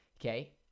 Okay